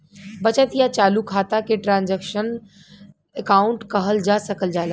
बचत या चालू खाता के ट्रांसक्शनल अकाउंट कहल जा सकल जाला